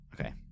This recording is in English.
okay